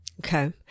Okay